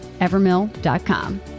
evermill.com